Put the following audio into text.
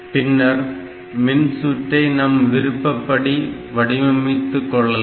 பின்னர் மின்சுற்றை நம் விருப்பப்படி வடிவமைத்து கொள்ளலாம்